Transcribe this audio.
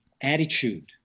attitude